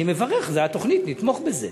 סליחה, אדוני, אני מברך, זאת התוכנית, נתמוך בזה,